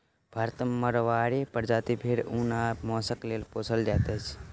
भारतक माड़वाड़ी प्रजातिक भेंड़ ऊन आ मौंसक लेल पोसल जाइत अछि